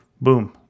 Boom